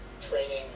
training